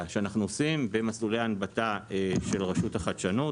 שאנחנו עושים במסלולי ההנבטה של רשות החדשנות.